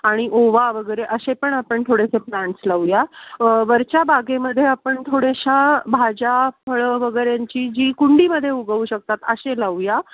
आणि ओवा वगैरे असे पण आपण थोडेसे प्लॅन्ट्स लावूया वरच्या बागेमध्ये आपण थोड्याशा भाज्या फळं वगऱ्यांची जी कुंडीमध्ये उगवू शकतात असे लावूया